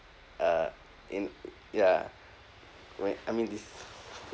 uh in ya when I mean this